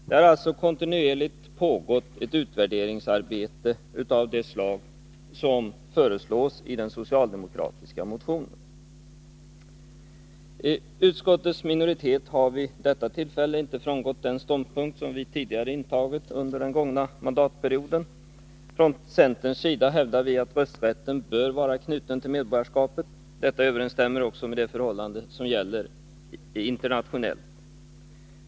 Det har alltså kontinuerligt pågått ett utvärderingsarbete av det slag som föreslås i den socialdemokratiska motionen. Utskottets minoritet har vid detta tillfälle inte frångått den ståndpunkt som vi intagit under den tidigare mandatperioden. Från centerns sida hävdar vi att rösträtten bör vara knuten till medborgarskapet. Detta överensstämmer också med de förhållanden som gäller internationellt.